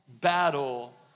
battle